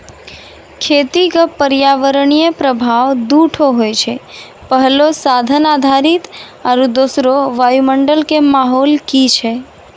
खेती क पर्यावरणीय प्रभाव दू ठो होय छै, पहलो साधन आधारित आरु दोसरो वायुमंडल कॅ माहौल की छै